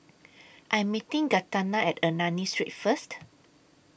I Am meeting Gaetano At Ernani Street First